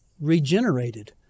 regenerated